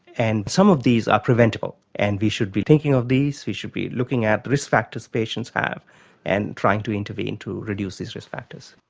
and some of these are preventable and we should be thinking of these, we should be looking at the risk factors patients have and trying to intervene to reduce these risk factors.